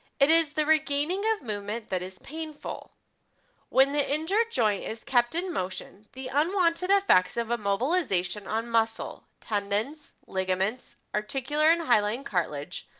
it is the regaining of movement that is painful when the injured joint is kept in motion, the unwanted effects of immobilization on muscle, tendons, ligaments, particular in hyaline cartilage,